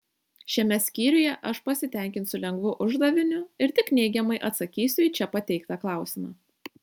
šiame skyriuje aš pasitenkinsiu lengvu uždaviniu ir tik neigiamai atsakysiu į čia pateiktą klausimą